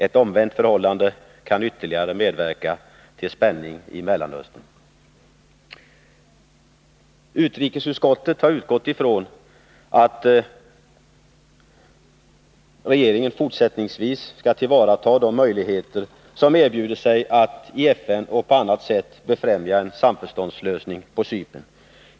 Ett omvänt förhållande kan medverka till spänning i Mellanöstern. Utrikesutskottet har utgått från att regeringen fortsättningsvis skall tillvarata de möjligheter som erbjuder sig att i FN och på annat sätt befrämja en samförståndslösning på Cypern.